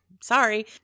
sorry